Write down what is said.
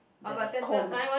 the cone ah